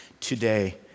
today